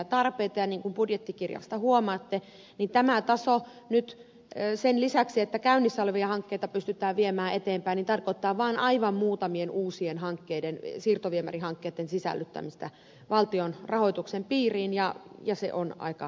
niin kuin budjettikirjasta huomaatte tämä taso nyt sen lisäksi että käynnissä olevia hankkeita pysytään viemään eteenpäin tarkoittaa vain aivan muutamien uusien siirtoviemärihankkeiden sisällyttämistä valtion rahoituksen piiriin ja se on aika haasteellista